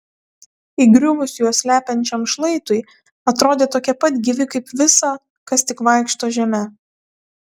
įgriuvus juos slepiančiam šlaitui atrodė tokie pat gyvi kaip visa kas tik vaikšto žeme